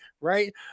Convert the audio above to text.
Right